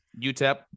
UTEP